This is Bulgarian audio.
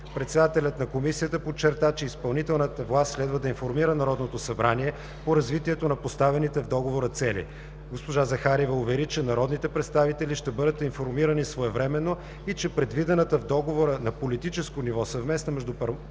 Председателят на Комисията подчерта, че изпълнителната власт следва да информира Народното събрание по развитието на поставените в Договора цели. Госпожа Захариева увери, че народните представители ще бъдат информирани своевременно и че предвидената в Договора на политическо ниво Съвместна междуправителствена